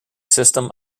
system